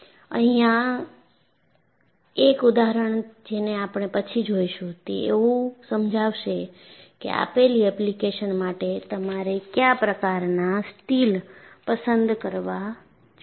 અહિયાં એક ઉદાહરણ જેને આપણે પછી જોઈશું તે એવું સમજાવશે કે આપેલી એપ્લિકેશન માટે તમારે કયા પ્રકારના સ્ટીલ પસંદ કરવા જોઈએ